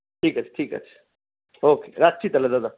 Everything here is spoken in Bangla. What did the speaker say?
ঠিক আছে ঠিক আছে ওকে রাখছি তাহলে দাদা